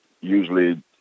usually